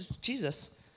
Jesus